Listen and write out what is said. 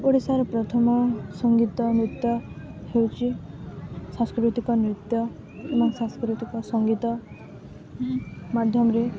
ଓଡ଼ିଶାର ପ୍ରଥମ ସଙ୍ଗୀତ ନୃତ୍ୟ ହେଉଛି ସାଂସ୍କୃତିକ ନୃତ୍ୟ ଏବଂ ସାଂସ୍କୃତିକ ସଙ୍ଗୀତ ମାଧ୍ୟମରେ